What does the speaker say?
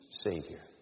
Savior